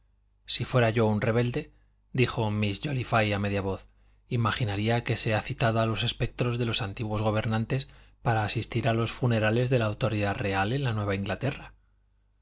si fuera yo un rebelde dijo miss jóliffe a media voz imaginaría que se ha citado a los espectros de los antiguos gobernadores para asistir a los funerales de la autoridad real en la nueva inglaterra